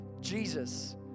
Jesus